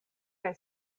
kaj